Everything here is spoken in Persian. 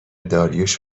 داریوش